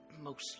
mostly